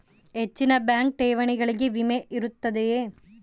ಹೆಚ್ಚಿನ ಬ್ಯಾಂಕ್ ಠೇವಣಿಗಳಿಗೆ ವಿಮೆ ಇರುತ್ತದೆಯೆ?